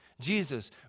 Jesus